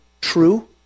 true